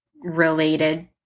related